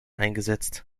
eingesetzt